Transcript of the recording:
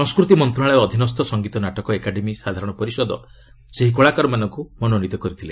ସଂସ୍କୃତି ମନ୍ତ୍ରଣାଳୟ ଅଧୀନସ୍ଥ ସଙ୍ଗୀତ ନାଟକ ଏକାଡେମୀ ସାଧାରଣ ସପରିଷଦ ସେହି କଳାକାରମାନଙ୍କୁ ମନୋନୀତ କରିଥିଲେ